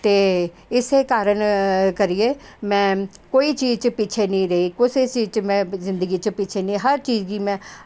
ते इस कारण करियै कोई चीज़ च पिच्छें निं रेह् कुस चीज़ में पिच्छे निं हर चीज़ गी में